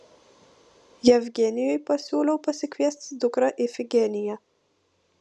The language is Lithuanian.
jevgenijui pasiūliau pasikviesti dukrą ifigeniją